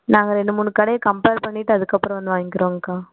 நாங்கள் ரெண்டு மூணு கடையை கம்பேர் பண்ணிவிட்டு அதற்கு அப்புறம் வந்து வாங்கிறோங்கக்கா